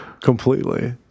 completely